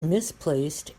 misplaced